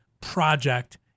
project